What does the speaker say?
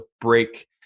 break